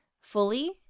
fully